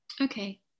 Okay